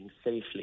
safely